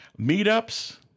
meetups